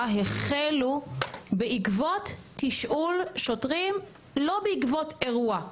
החלו בעקבות תשאול שוטרים שלא בעקבות אירוע.